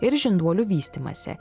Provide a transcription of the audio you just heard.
ir žinduolių vystymąsi